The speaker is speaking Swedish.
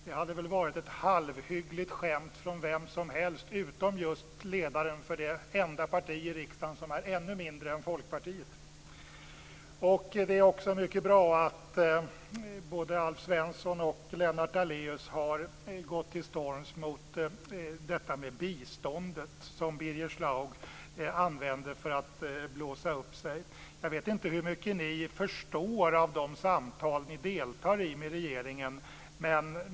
Det hade väl varit ett halvhyggligt skämt från vem som helt utom just ledaren för det enda parti i riksdagen som är ännu mindre än Folkpartiet. Det är också mycket bra att både Alf Svensson och Lennart Daléus har gått till storms mot uttalandena om biståndet som Birger Schlaug använde för att blåsa upp sig. Jag vet inte hur mycket ni förstår av de samtal ni deltar i med regeringen.